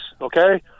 okay